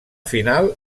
final